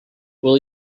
will